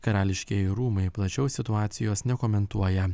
karališkieji rūmai plačiau situacijos nekomentuoja